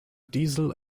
diesel